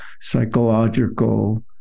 psychological